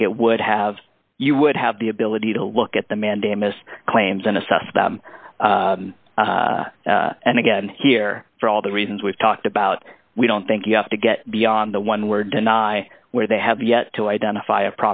think it would have you would have the ability to look at the mandamus claims and assess them and again here for all the reasons we've talked about we don't think you have to get beyond the one we're deny where they have yet to identify